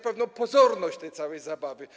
pewną pozorność tej całej zabawy.